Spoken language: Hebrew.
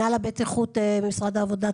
מנהל הבטיחות במשרד העבודה,